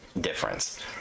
difference